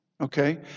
okay